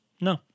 no